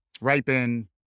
Ripen